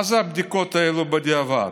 מה זה הבדיקות האלה בדיעבד?